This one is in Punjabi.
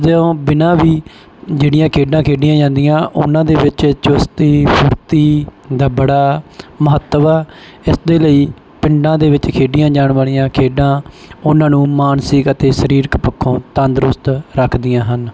ਜੋ ਬਿਨਾਂ ਵੀ ਜਿਹੜੀਆਂ ਖੇਡਾਂ ਖੇਡੀਆਂ ਜਾਂਦੀਆਂ ਉਹਨਾਂ ਦੇ ਵਿੱਚ ਚੁਸਤੀ ਫੁਰਤੀ ਦਾ ਬੜਾ ਮਹੱਤਵ ਆ ਇਸ ਦੇ ਲਈ ਪਿੰਡਾਂ ਦੇ ਵਿੱਚ ਖੇਡੀਆਂ ਜਾਣ ਵਾਲੀਆਂ ਖੇਡਾਂ ਉਹਨਾਂ ਨੂੰ ਮਾਨਸਿਕ ਅਤੇ ਸਰੀਰਕ ਪੱਖੋਂ ਤੰਦਰੁਸਤ ਰੱਖਦੀਆਂ ਹਨ